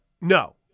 No